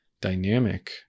dynamic